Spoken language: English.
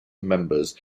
members